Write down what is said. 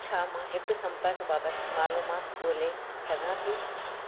छा मां हिकु सम्पर्कु बाबति मालूमाति ॻोल्हे सघां थी